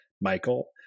Michael